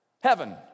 Heaven